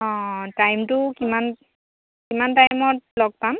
অঁ টাইমটো কিমান কিমান টাইমত লগ পাম